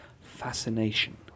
fascination